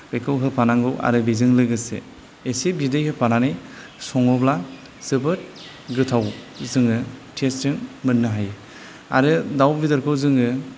बेखौ होफानांगौ आरो बेजोंलोगोसे एसे बिदै होफानानै सङोब्ला जोबोद गोथाव जोङो टेस्टजों मोननो हायो आरो दाउ बेदरखौ जोङो